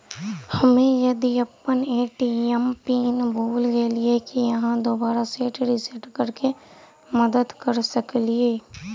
हम्मे यदि अप्पन ए.टी.एम पिन भूल गेलियै, की अहाँ दोबारा सेट रिसेट करैमे मदद करऽ सकलिये?